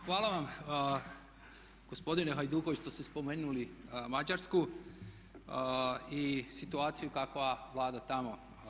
Hvala vam gospodine Hajduković što ste spomenuli Mađarsku i situaciju kakva vlada tamo.